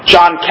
John